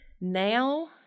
Now